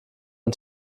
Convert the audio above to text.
ein